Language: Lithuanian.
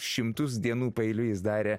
šimtus dienų paeiliui jis darė